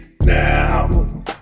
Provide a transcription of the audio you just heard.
now